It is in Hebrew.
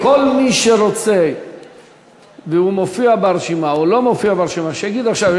כל מי שרוצה והוא מופיע ברשימה או לא מופיע ברשימה שיגיד עכשיו,